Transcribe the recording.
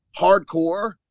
hardcore